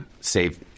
save